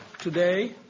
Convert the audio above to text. today